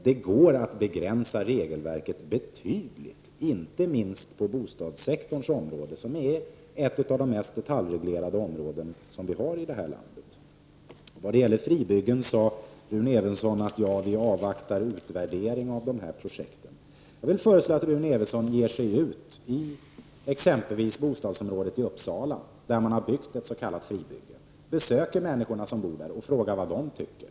Det går att begränsa regelverket betydligt, inte minst på bostadssektorns område -- som ju är ett av de mest detaljreglerade områdena i det här landet. Beträffande fribyggen sade Rune Evensson att man avvaktar en utvärdering av pågående projekt. Jag föreslår att Rune Evensson beger sig ut till det bostadsområde i Uppsala där man har ett s.k. fribygge och att han frågar människorna som bor där vad de tycker.